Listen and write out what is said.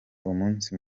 umunsi